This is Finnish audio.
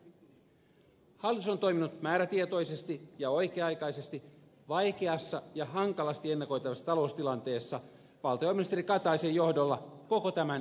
hallitus on toiminut määrätietoisesti ja oikea aikaisesti vaikeassa ja hankalasti ennakoitavassa taloustilanteessa valtiovarainministeri kataisen johdolla koko tämän eduskuntakauden ajan